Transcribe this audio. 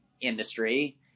industry